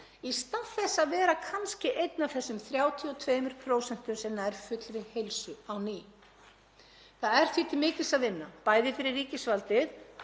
í stað þess að vera kannski einn af þessum 32% sem ná fullri heilsu á ný. Það er því til mikils að vinna, bæði fyrir ríkisvaldið